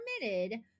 permitted